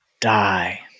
die